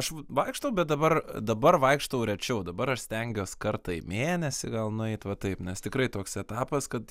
aš vaikštau bet dabar dabar vaikštau rečiau dabar aš stengiuos kartą į mėnesį gal nueit va taip nes tikrai toks etapas kad